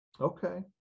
Okay